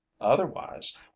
Otherwise